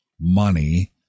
money